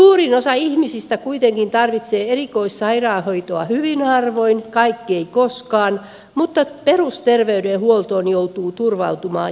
suurin osa ihmisistä kuitenkin tarvitsee erikoissairaanhoitoa hyvin harvoin kaikki eivät koskaan mutta perusterveydenhuoltoon joutuu turvautumaan jokainen